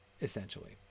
essentially